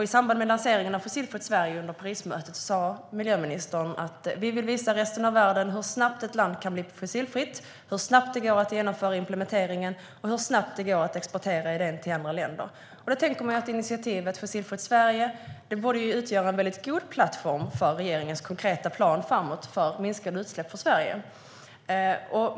I samband med lanseringen av Fossilfritt Sverige på Parismötet sa miljöministern: Vi vill visa resten av världen hur snabbt ett land kan bli fossilfritt, hur snabbt det går att genomföra implementeringen och hur snabbt det går att exportera idén till andra länder. Då tänker man att initiativet Fossilfritt Sverige borde utgöra en väldigt god plattform för regeringens konkreta planer framåt för minskade utsläpp för Sverige.